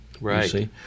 Right